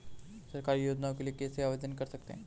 सरकारी योजनाओं के लिए कैसे आवेदन कर सकते हैं?